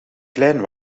klein